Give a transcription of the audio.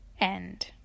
end